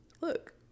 look